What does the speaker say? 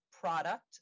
product